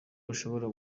ushobora